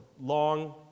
long